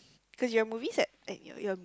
cause your movie is at eh youy your